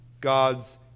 God's